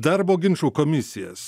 darbo ginčų komisijas